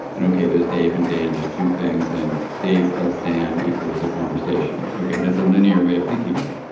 and okay, there's dave and dan. there's two things, and dave plus dan equals a conversation. okay. that's a linear way of thinking about it.